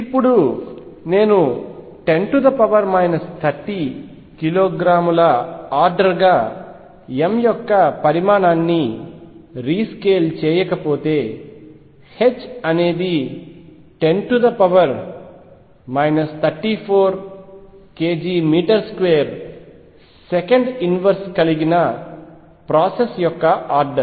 ఇప్పుడు నేను 10 30 కిలోగ్రాముల ఆర్డర్గా m యొక్క పరిమాణాన్ని రీస్కేల్ చేయకపోతే h అనేది 10 34 k g metre square second inverse కలిగిన ప్రాసెస్ యొక్క ఆర్డర్